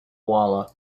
walla